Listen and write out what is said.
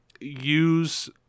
use